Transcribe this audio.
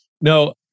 No